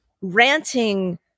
ranting